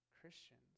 Christians